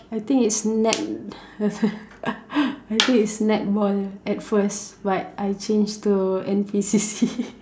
I think it's net I think it's netball lah at first but I change to N_P_C_C